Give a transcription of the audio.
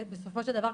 בסופו של דבר,